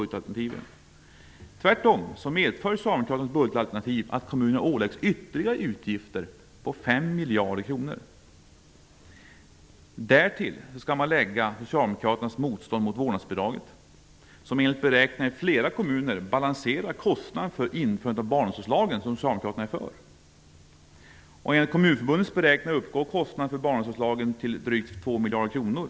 Tvärtom medför miljarder kronor. Därtill skall läggas Socialdemokraternas motstånd mot vårdnadsbidraget, som enligt beräkningar i flera kommuner balanserar kostnaderna för införandet av den barnomsorgslag Socialdemokraterna är för. Enligt Kommunförbundets beräkningar uppgår kostnaderna för barnomsorgslagen till drygt 2 miljarder kronor.